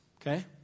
Okay